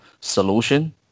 solution